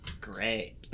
Great